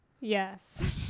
Yes